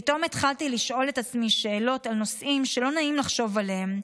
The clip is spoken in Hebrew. פתאום התחלתי לשאול את עצמי שאלות על נושאים שלא נעים לחשוב עליהם,